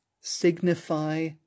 signify